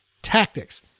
tactics